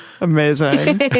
Amazing